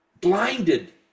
blinded